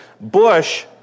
Bush